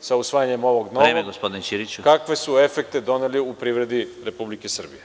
sa usvajanjem ovog novog, kakve su efekte doneli u privredi Republike Srbije.